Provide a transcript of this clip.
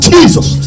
Jesus